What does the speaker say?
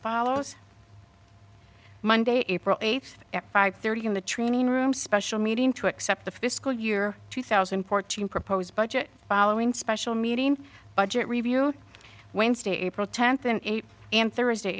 follows monday april eighth at five thirty in the training room special meeting to accept the fiscal year two thousand and fourteen proposed budget following special meeting budget review wednesday april tenth and eight and thursday